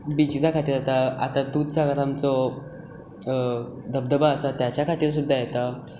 बिचीसां खातीर येता आतां दुदसागर आमचो धबधबो आसा ताच्या खातीर सुद्दां येता